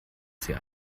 sehr